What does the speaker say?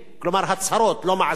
כלומר, הצהרות, לא מעשים.